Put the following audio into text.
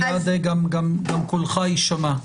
מייד גם קולך יישמע.